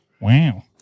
Wow